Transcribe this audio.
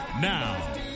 Now